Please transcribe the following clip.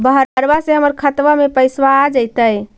बहरबा से हमर खातबा में पैसाबा आ जैतय?